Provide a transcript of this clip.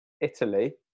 Italy